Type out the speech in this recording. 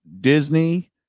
Disney